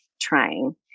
trying